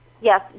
yes